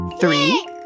Three